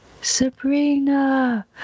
Sabrina